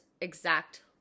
exact